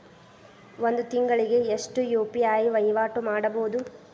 ಒಂದ್ ತಿಂಗಳಿಗೆ ಎಷ್ಟ ಯು.ಪಿ.ಐ ವಹಿವಾಟ ಮಾಡಬೋದು?